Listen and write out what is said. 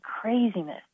craziness